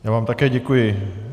Já vám také děkuji.